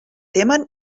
temen